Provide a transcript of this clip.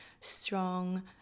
strong